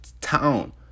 town